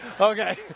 Okay